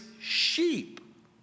sheep